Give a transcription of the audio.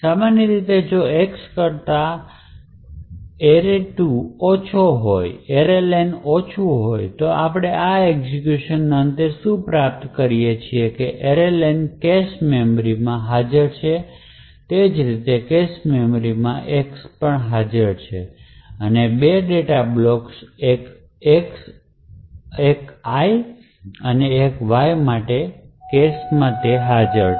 સામાન્ય રીતે જો X કરતા ઓછો હોય તો આપણે આ એક્ઝેક્યુશન અંતે શું પ્રાપ્ત કર્યું array len કેશ મેમરી માં હાજર છે તે જ રીતે કેશ મેમરીમાં X છે અને2 ડેટાના બ્લોક્સ એક I માટે Y માટે કેશ માં ડેટા હાજર છે